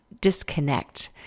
disconnect